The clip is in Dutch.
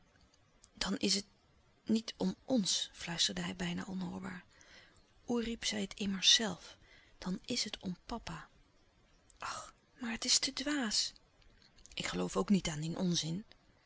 dan is het niet om ons fluisterde hij bijna onhoorbaar oerip zei het immers zelf dan is het om papa ach maar het is te dwaas louis couperus de stille kracht ik geloof ook niet aan dien onzin